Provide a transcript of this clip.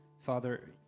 Father